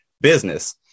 business